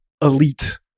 elite